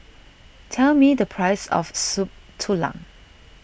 tell me the price of Soup Tulang